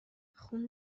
خون